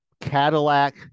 cadillac